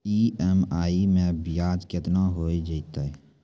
EMI मैं ब्याज केतना हो जयतै?